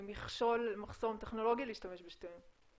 מכשול, מחסום טכנולוגי להשתמש בשתיהן.